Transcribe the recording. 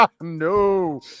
No